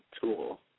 tool